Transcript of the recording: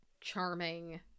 charming